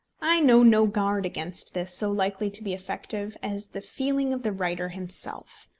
i know no guard against this so likely to be effective as the feeling of the writer himself.